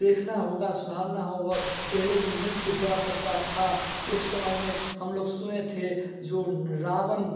देखना होगा सुधारना होगा पहले जो नृत्य हुआ करता था एक समय में हम लोग सुने थे जो रावण